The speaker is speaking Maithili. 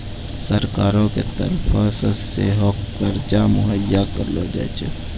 सरकारो के तरफो से सेहो कर्जा मुहैय्या करलो जाय छै